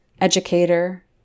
educator